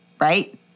right